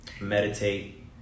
meditate